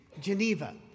Geneva